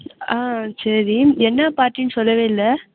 ஆ சரி என்ன பார்ட்டினு சொல்லவே இல்லை